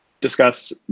discuss